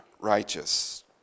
righteous